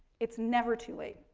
it's never too late.